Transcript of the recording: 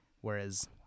whereas